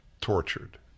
tortured